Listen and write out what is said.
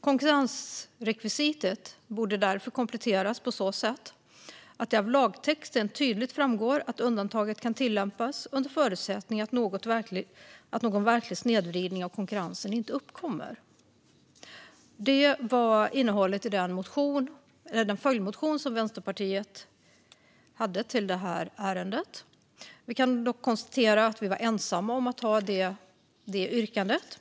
Konkurrensrekvisitet borde därför kompletteras på så sätt att det av lagtexten tydligt framgår att undantaget kan tillämpas under förutsättning att någon verklig snedvridning av konkurrensen inte uppkommer. Detta var vad Vänsterpartiets följdmotion i detta ärende handlade om. Vi kan dock konstatera att vi var ensamma om att ha detta yrkande.